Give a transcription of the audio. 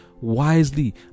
wisely